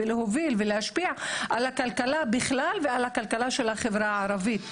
ולהוביל ולהשפיע על הכלכלה בכלל ועל הכלכלה של החברה הערבית,